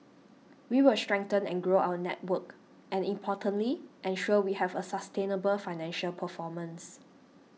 we will strengthen and grow our network and importantly ensure we have a sustainable financial performance